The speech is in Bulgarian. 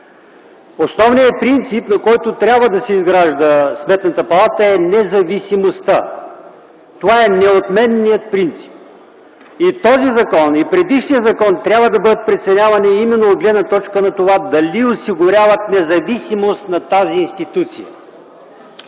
Основният принцип, на който трябва да се изгражда Сметната палата, е независимостта. Това е неотменният принцип. И този закон, и предишният закон трябва да бъдат преценявани именно от гледна точка на това дали осигуряват независимост на тази институция.